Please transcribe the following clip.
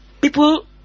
People